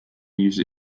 user